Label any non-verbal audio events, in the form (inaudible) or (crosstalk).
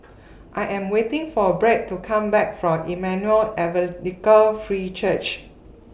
(noise) I Am waiting For Britt to Come Back from Emmanuel Evangelical Free Church